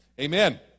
Amen